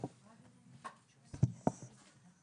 כ'